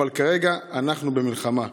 אבל כרגע אנחנו במלחמה.